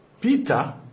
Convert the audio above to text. Peter